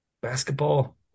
Basketball